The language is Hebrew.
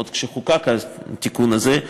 עוד כשחוקק התיקון הזה,